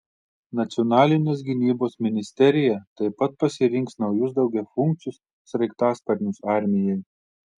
nacionalinės gynybos ministerija taip pat pasirinks naujus daugiafunkcius sraigtasparnius armijai